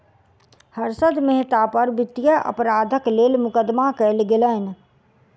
हर्षद मेहता पर वित्तीय अपराधक लेल मुकदमा कयल गेलैन